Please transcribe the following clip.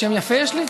שם יפה יש לי?